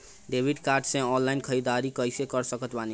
Debit card से online ख़रीदारी कैसे कर सकत बानी?